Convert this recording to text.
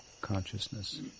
consciousness